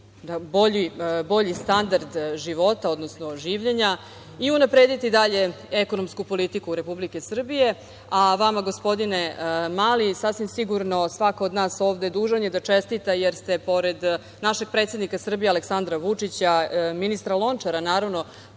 bolji standard života, odnosno življenja i unaprediti dalje ekonomsku politiku Republike Srbije, a vama gospodine Mali sasvim sigurno svako od nas ovde dužan je da čestita, jer ste pored našeg predsednika Srbije, Aleksandra Vučića, ministra Lončara naravno,